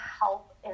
help